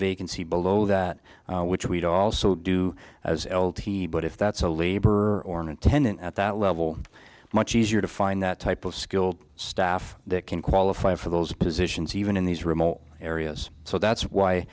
vacancy below that which we'd also do as l t but if that's a laborer or an attendant at that level much easier to find that type of skilled staff that can qualify for those positions even in these remote areas so that's why